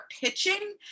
pitching